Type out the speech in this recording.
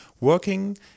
working